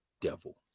devil